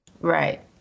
Right